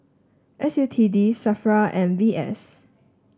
S U T D Safra and V S